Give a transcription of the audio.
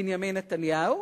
בנימין נתניהו,